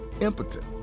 impotent